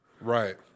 right